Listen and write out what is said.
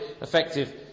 effective